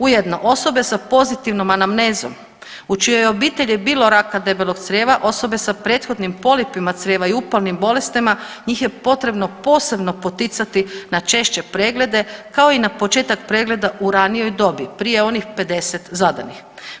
Ujedno osobe sa pozitivnom anamnezom u čijoj je obitelji bilo raka debelog crijeva, osobe sa prethodnim polipima i upalnim bolestima njih je potrebno posebno poticati na češće preglede kao i na početak pregleda u ranijoj dobi prije onih 50 zadanih.